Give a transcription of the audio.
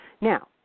Now